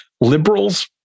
Liberals